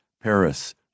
Paris